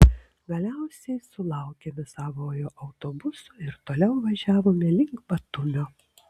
galiausiai sulaukėme savojo autobuso ir toliau važiavome link batumio